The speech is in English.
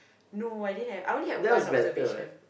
no I didn't had I only had one observation